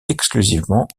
exclusivement